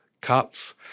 cuts